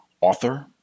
author